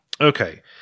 okay